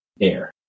air